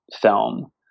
film